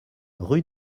rue